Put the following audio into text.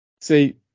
See